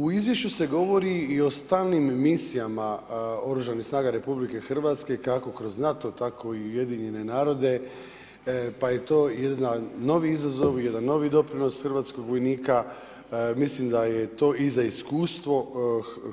U izvješću se govori i o stalnim misijama Oružanih snaga RH, kako kroz NATO, tako i Ujedinjene narode pa je to jedan novi izazov, jedan novi doprinos hrvatskog vojnika, mislim da je to i za iskustvo